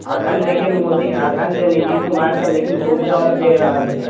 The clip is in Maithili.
एखन लेकिन मोदी एखन जे नीतीश कुमार सभ लेकिन खूब जोब दऽ रहल छथि